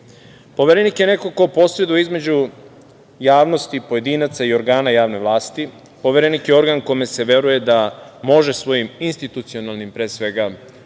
godina. Poverenik je neko ko posreduje između javnosti pojedinaca i organa javne vlasti. Poverenik je organ kome se veruje da može svojim institucionalnim, pre svega,